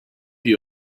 you